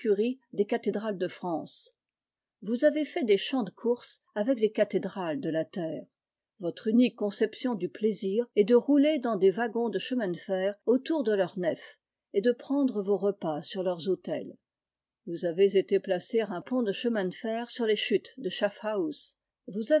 des cathédrales de france vous avez fait des champs de courses avec les cathédrales de la terre votre unique conception du plaisir est de rouler dans des wagons de chemins de fer autour de leurs nefs et de prendre vos repas sur leurs autels vous avez été placer un pont de chemin de fer sur les chutes de shaffhouse vous